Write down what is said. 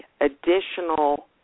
additional